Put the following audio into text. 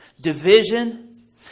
division